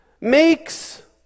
makes